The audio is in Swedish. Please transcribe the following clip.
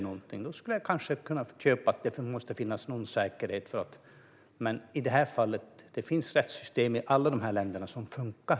Då skulle jag kanske kunna köpa att det måste finnas någon säkerhet, men i alla de här länderna finns det rättssystem som funkar.